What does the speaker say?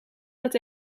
dat